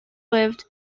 lived